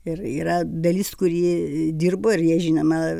ir yra dalis kuri dirbo ir jie žinoma